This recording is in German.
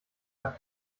nach